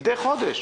מידי חודש